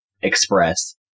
express